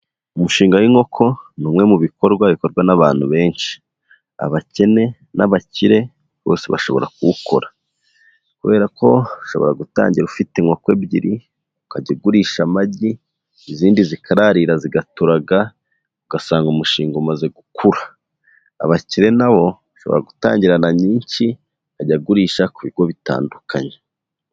Umushinga w'inkoko ni umwe mu bikorwa bikorwa n'abantu benshi, abakene n'abakire bose bashobora kuwukora kubera ko ushobora gutangira ufite inkoko ebyiri, ukajya ugurisha amagi izindi zikararira zigaturaga ugasanga umushinga umaze gukura, abakire na bo ushobora gutangirana nyinshi akajya agurisha ku bigo bitandukanye.